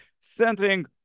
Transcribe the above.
centering